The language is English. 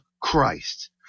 Christ